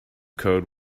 code